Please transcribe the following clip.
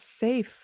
safe